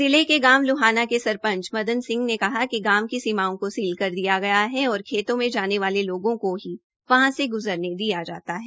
जिला के गांव ल्हाना के सरपंच मदन सिंह ने कहा कि गांव की सीमाओं को सील कर दिया है और खेतों में जाने वाले लोगों को ही वहां से ग्जरने दिया जाता है